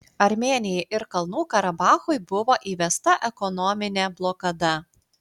armėnijai ir kalnų karabachui buvo įvesta ekonominė blokada